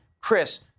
Chris